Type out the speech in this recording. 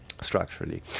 structurally